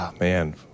man